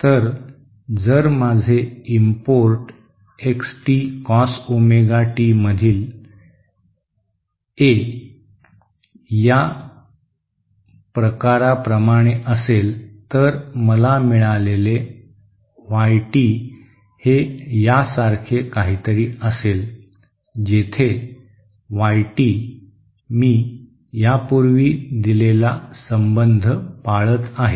तर जर माझे input x t cos omega t मधील ए या प्रकाराप्रमाणे असेल तर मला मिळालेले वाय टी हे यासारखे काहीतरी असेल जेथे वाई टी मी यापूर्वी दिलेला संबंध पाळत आहे